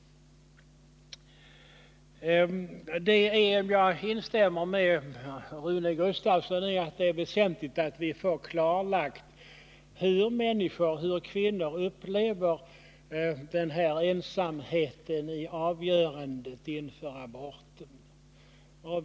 Jag instämmer med Rune Gustavsson i att det är väsentligt att få klarlagt hur kvinnor upplever ensamheten i avgörandet inför en abort.